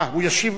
אה, הוא ישיב,